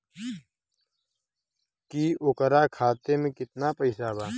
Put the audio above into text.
की ओकरा खाता मे कितना पैसा बा?